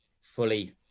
fully